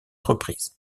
reprises